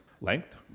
Length